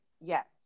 Yes